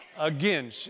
again